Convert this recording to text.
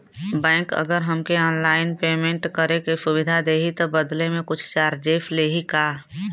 Bank अगर हमके online payment करे के सुविधा देही त बदले में कुछ चार्जेस लेही का?